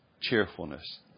cheerfulness